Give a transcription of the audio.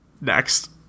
Next